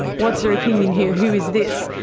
what's your opinion here, who is this?